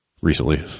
recently